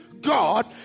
God